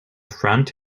front